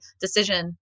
decision